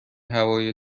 هوای